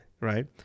right